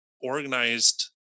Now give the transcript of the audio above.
organized